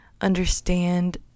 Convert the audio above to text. understand